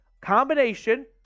combination